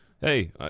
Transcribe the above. hey